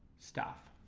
stuff